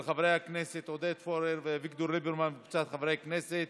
של חברי הכנסת עודד פורר ואביגדור ליברמן וקבוצת חברי הכנסת.